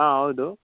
ಹಾಂ ಹೌದು